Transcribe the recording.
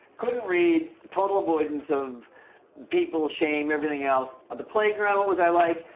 couldn't read total avoidance of people, shame, everything else. on the playground, what was i like?